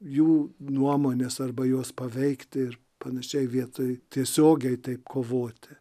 jų nuomonės arba juos paveikti ir panašiai vietoj tiesiogiai taip kovoti